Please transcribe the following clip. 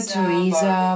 Teresa